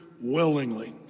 willingly